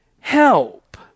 Help